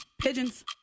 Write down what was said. Pigeons